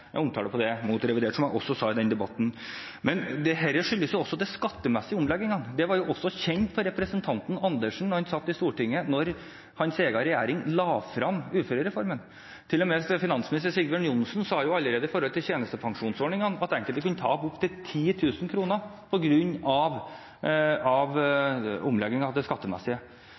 omtale i revidert budsjett, som jeg også sa i den debatten. Dette skyldes også de skattemessige omleggingene. Det var også kjent for representanten Andersen da regjeringen fra hans eget parti la frem uførereformen i Stortinget. Til og med finansminister Sigbjørn Johnsen sa allerede om tjenestepensjonsordningene at enkelte kunne tape opp mot 10 000 kr på grunn av